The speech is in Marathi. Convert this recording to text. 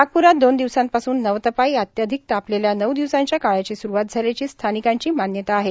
नागप्रात दोन दिवसांपासून नवतपा या अत्याधिक तापलेल्या नऊ दिवसांच्या काळाची स्रूवात झाल्याची स्थानिकांची मान्यता आहे